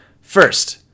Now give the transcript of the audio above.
first